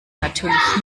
natürlich